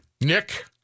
Nick